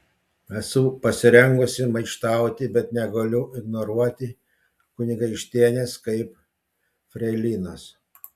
esu pasirengusi maištauti bet negaliu ignoruoti kunigaikštienės kaip freilinos